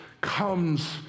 comes